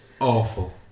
awful